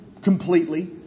Completely